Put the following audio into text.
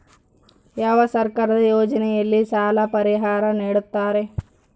ಯಾವ ಸರ್ಕಾರದ ಯೋಜನೆಯಲ್ಲಿ ಸಾಲ ಪರಿಹಾರ ನೇಡುತ್ತಾರೆ?